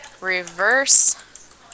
reverse